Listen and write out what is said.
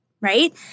right